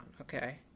okay